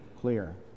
clear